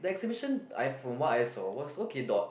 the exhibition I from what I saw was okay dots